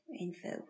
Info